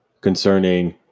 Concerning